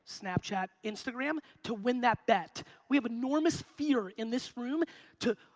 snapchat, instagram, to win that bet. we have enormous fear in this room to,